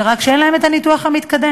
רק שאין אצלם הניתוח המתקדם,